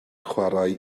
chwarae